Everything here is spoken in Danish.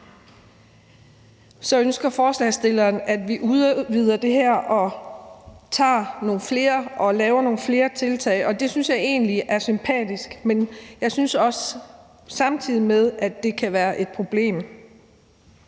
ønsker så, at vi udvider det her og laver nogle flere tiltag, og det synes jeg egentlig er sympatisk, men jeg synes samtidig, at det kan være et problem.